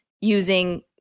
using